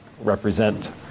represent